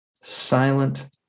silent